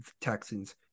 Texans